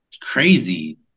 crazy